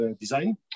design